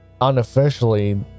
unofficially